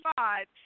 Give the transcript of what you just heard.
five